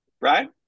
Right